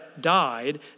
died